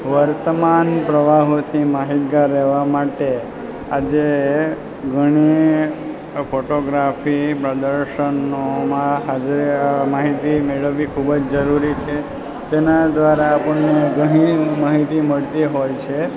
વર્તમાન પ્રવાહોથી માહિતગાર રેવા માટે આજે ગણીએ તો ફોટોગ્રાફી પ્રદર્શનોમાં આજે માહિતી મેળવવી ખૂબ જ જરૂરી છે તેના દ્વારા આપણને ઘણી માહિતી મળતી હોય છે